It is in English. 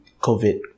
COVID